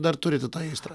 dar turite tą aistrą